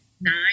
nine